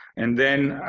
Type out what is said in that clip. and then